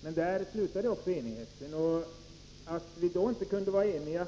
Men där slutar också enigheten. Att vi inte kunde vara eniga